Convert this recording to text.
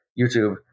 youtube